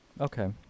Okay